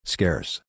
Scarce